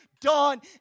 done